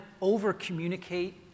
over-communicate